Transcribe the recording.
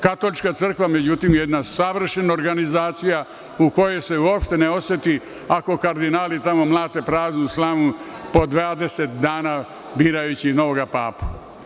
Katolička crkva, međutim, je jedna savršena organizacija u kojoj se uopšte ne oseti ako kardinali tamo mlate praznu slamu po 20 dana birajući novog papu.